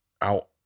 out